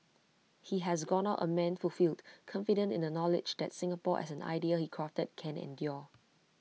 he has gone out A man fulfilled confident in the knowledge that Singapore as an idea he crafted can endure